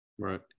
Right